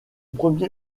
premier